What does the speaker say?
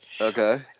Okay